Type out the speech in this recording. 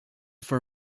for